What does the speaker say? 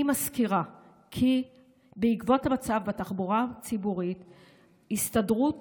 אני מזכירה כי בעקבות המצב בתחבורה הציבורית הסתדרות